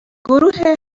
گروه